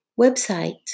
website